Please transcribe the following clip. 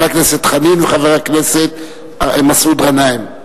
חבר הכנסת חנין וחבר הכנסת מסעוד גנאים.